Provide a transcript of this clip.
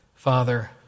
Father